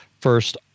first